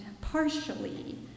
partially